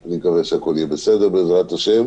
אני מקווה שהכול יהיה בסדר בעזרת השם.